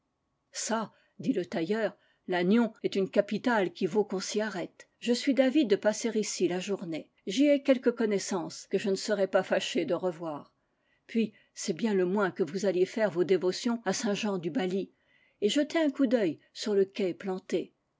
çà dit le tailleur lannion est une capitale qui vaut qu'on s'y arrête je suis d'avis de passer ici la journée j'y ai quelques connaissances que je ne serais pas fâché de revoùr puis c'est bien le moins que vous alliez faire vos dévotions ù saint-jean du baly et jeter un coup d'œil sur le quai planté